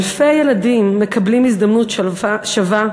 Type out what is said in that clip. אלפי ילדים מקבלים הזדמנות שווה,